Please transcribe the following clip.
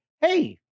hey